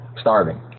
starving